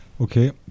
Okay